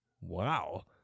Wow